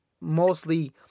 mostly